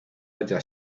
haya